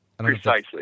Precisely